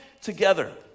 together